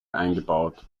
eingebaut